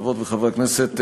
חברות וחברי הכנסת,